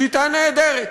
שיטה נהדרת,